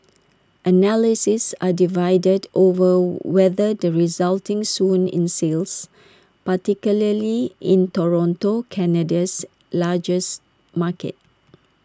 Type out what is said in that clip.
analysis are divided over whether the resulting swoon in sales particularly in Toronto Canada's largest market